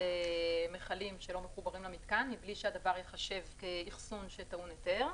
מכלים שלא מחוברים למתקן בלי שהדבר ייחשב אחסון שטעון היתר.